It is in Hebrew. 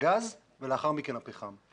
הגז ולאחר מכן הפחם.